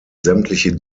sämtliche